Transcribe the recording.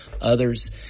others